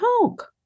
talk